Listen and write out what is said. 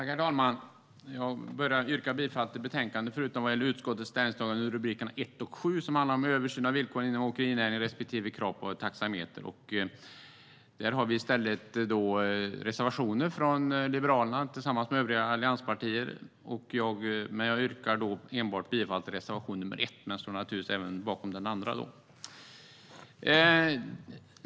Herr talman! Jag börjar med att yrka bifall till utskottets förslag i betänkandet förutom vad gäller utskottets ställningstagande under punkterna 1 och 7, som handlar om översyn om villkoren inom åkerinäringen respektive krav på taxameter. Där har vi i stället reservationer från Liberalerna tillsammans med övriga allianspartier. Jag yrkar enbart bifall till reservation nr 1 men står även bakom den andra.